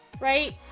Right